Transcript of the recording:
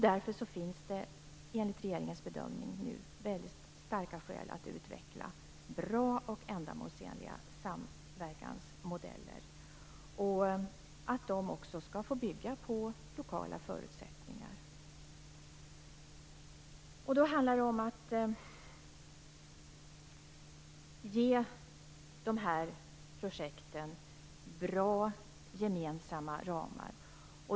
Därför finns det enligt regeringens bedömning nu väldigt starka skäl för att utveckla bra och ändamålsenliga samverkansmodeller och för att de skall få bygga på lokala förutsättningar. Det handlar om att ge dessa projekt bra gemensamma ramar.